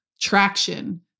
traction